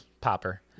popper